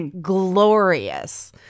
glorious